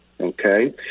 Okay